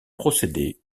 procédés